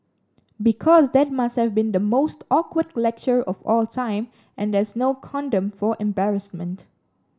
because that must have been the most awkward lecture of all time and there's no condom for embarrassment